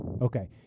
okay